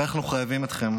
ואנחנו חייבים אתכם.